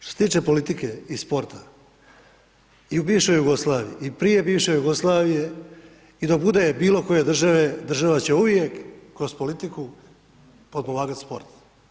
Što se tiče politike i sporta i u bivšoj Jugoslaviji i prije bivše Jugoslavije i dok bude bilo koje države, država će uvijek kroz politiku potpomagati sport.